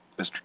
Mr